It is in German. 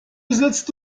besitzt